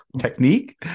technique